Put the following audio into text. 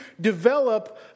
develop